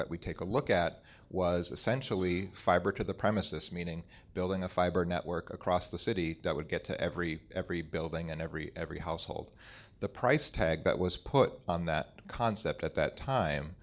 that we take a look at was essentially fiber to the premises meaning building a fiber network across the city would get to every every building and every every household the price tag that was put on that concept at that time